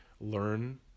learn